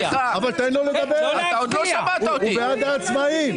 אבל תן לו לדבר, הוא בעד העצמאים.